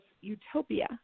utopia